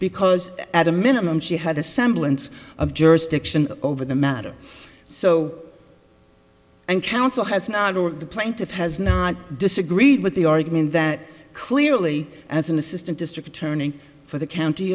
because at a minimum she had a semblance of jurisdiction over the matter so and counsel has not worked the plaintiff has disagreed with the argument that clearly as an assistant district attorney for the county